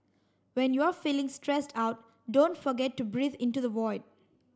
when you are feeling stressed out don't forget to breathe into the void